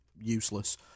useless